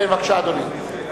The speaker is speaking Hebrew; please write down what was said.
כן, בבקשה, אדוני.